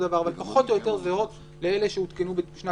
פחות או יותר זהות לאלה שהותקנו בשנת